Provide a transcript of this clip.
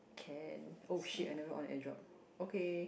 can oh shit I never on airdrop okay